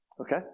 okay